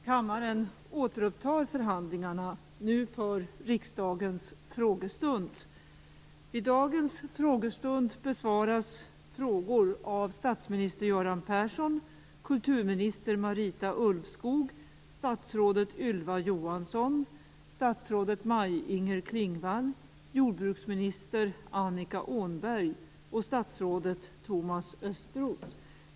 Kammaren återupptar förhandlingarna, nu för riksdagens frågestund. Vid dagens frågestund besvaras frågor av statsminister Göran Persson, kulturminister Marita Ulvskog, statsrådet Ylva Johansson, statsrådet Maj-Inger Klingvall, jordbruksminister Annika Åhnberg och statsrådet Thomas Östros.